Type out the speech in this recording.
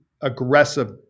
aggressive